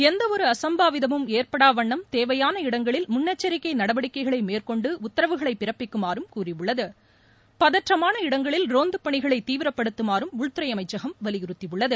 எந்தவொரு அசம்பாவிதமும் ஏற்படாவன்னம் தேவையான இடங்களில் முன்னெச்சரிக்கை நடவடிக்கைளை மேற்கொண்டு உத்தரவுகளை பிறப்பிக்குமாறும் கூறியுள்ளது இடங்களில் ரோந்துப் பணிகளை தீவிரப்படுத்துமாறும் உள்துறை அமைச்சகம் பதற்றமான வலியுறுத்தியுள்ளது